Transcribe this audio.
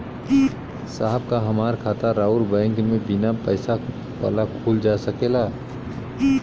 साहब का हमार खाता राऊर बैंक में बीना पैसा वाला खुल जा सकेला?